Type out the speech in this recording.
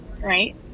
right